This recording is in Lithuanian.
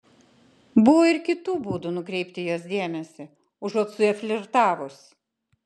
buvo ir kitų būdų nukreipti jos dėmesį užuot su ja flirtavus